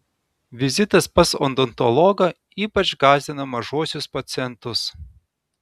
vizitas pas odontologą ypač gąsdina mažuosius pacientus